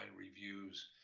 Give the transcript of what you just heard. reviews